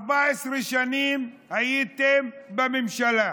14 שנים הייתם בממשלה.